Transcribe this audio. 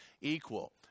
equal